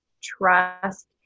trust